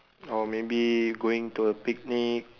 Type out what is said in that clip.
or maybe going to a picnic